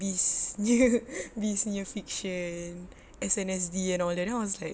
beast beast nya fiction S_N_S_D and all that then I was like